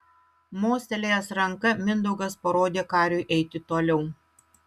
mostelėjęs ranka mindaugas parodė kariui eiti toliau